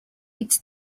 its